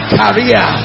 career